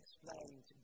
explained